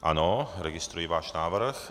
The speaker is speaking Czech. Ano, registruji váš návrh.